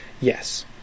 Yes